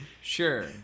Sure